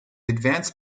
advance